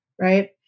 Right